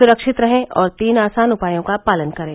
सुरक्षित रहें और तीन आसान उपायों का पालन करें